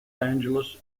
angeles